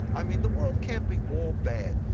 i mean, the world can't be all bad,